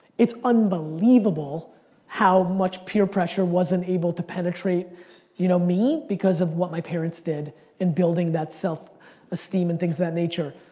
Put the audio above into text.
it's unbelievable how much peer pressure wasn't able to penetrate you know me because of what my parents did in building that self esteem and things of that nature.